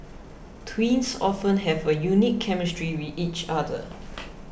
twins often have a unique chemistry with each other